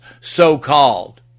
so-called